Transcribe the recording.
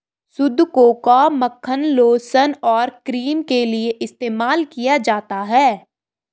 शुद्ध कोकोआ मक्खन लोशन और क्रीम के लिए इस्तेमाल किया जाता है